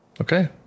Okay